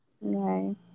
Right